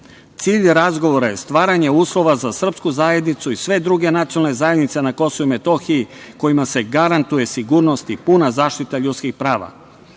Cilj razgovora je stvaranje uslova za srpsku zajednicu i sve druge nacionalne zajednice na Kosovu i Metohiji kojima se garantuje sigurnost i puna zaštita ljudskih prava.